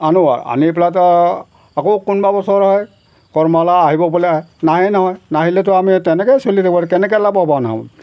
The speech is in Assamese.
আনো আৰু আনি পেলাই এতিয়া আকৌ কোনোবা বছৰ হয় কৰ্মশালা আহিব বোলে নাহেই নহয় নাহিলেতো আমি তেনেকৈয়ে চলিম আৰু কেনেকৈ লাভৱান হ'ম